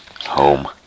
Home